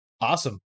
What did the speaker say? Awesome